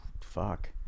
fuck